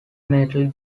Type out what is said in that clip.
metal